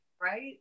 right